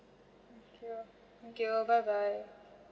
thank you thank you bye bye